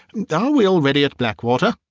are we already at blackwater?